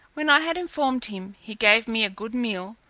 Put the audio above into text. when i had informed him, he gave me a good meal,